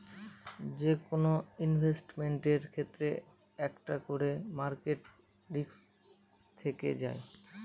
যেকোনো ইনভেস্টমেন্টের ক্ষেত্রে একটা করে মার্কেট রিস্ক থেকে যায়